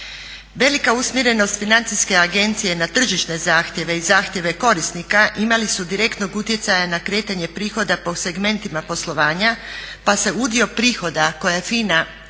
Velika usmjerenost Financijske agencije na tržišne zahtjeva i zahtjeve korisnika imali su direktnog utjecaja na kretanje prihoda po segmentima poslovanja pa se udio prihoda koje FINA